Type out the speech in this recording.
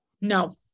No